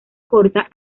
corta